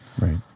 Right